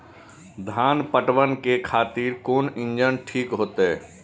धान पटवन के खातिर कोन इंजन ठीक होते?